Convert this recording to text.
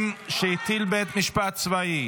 שהטיל בית משפט צבאי),